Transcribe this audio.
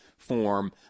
form